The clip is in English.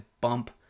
bump